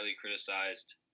criticized